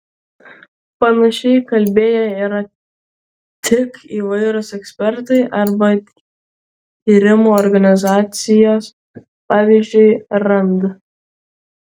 panašiai kalbėję yra tik įvairūs ekspertai arba tyrimų organizacijos pavyzdžiui rand